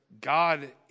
God